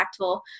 impactful